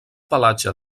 pelatge